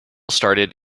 started